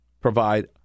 provide